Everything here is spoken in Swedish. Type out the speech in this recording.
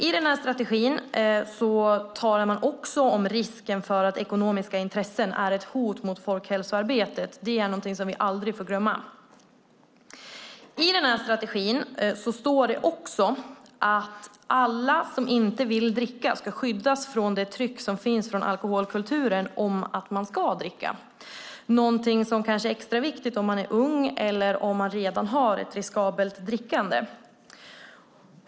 I strategin talar man om risken att ekonomiska intressen är ett hot mot folkhälsoarbetet. Det är någonting som vi aldrig får glömma. I strategin står också att alla som inte vill dricka ska skyddas från det tryck som finns från alkoholkulturen att man ska dricka. Det är någonting som kanske är extra viktigt om man är ung eller redan har ett riskabelt drickande.